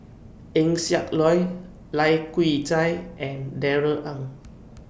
Eng Siak Loy Lai Kew Chai and Darrell Ang